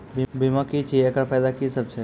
बीमा की छियै? एकरऽ फायदा की सब छै?